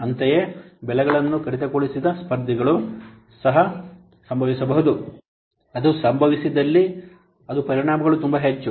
ಅಂತೆಯೇ ಬೆಲೆಗಳನ್ನು ಕಡಿತಗೊಳಿಸಿದ ಸ್ಪರ್ಧಿಗಳು ಸಹ ಸಂಭವಿಸಬಹುದು ಅದು ಸಂಭವಿಸಿದಲ್ಲಿ ಅದು ಪರಿಣಾಮಗಳು ತುಂಬಾ ಹೆಚ್ಚು